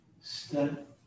step